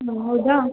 ಓಹ್ ಹೌದಾ